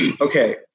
okay